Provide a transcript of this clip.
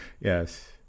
Yes